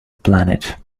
planet